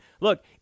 look